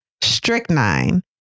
strychnine